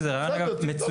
שזה רעיון מצוין.